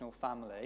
family